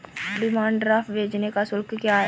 Demand draft भेजने का शुल्क क्या है?